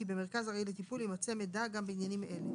במרכז ארעי לטיפול יימצא מידע גם בעניינים אלה: